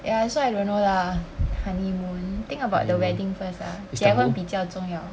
ya that's why I don't know lah honeymoon think about the wedding first lah that one 比较重要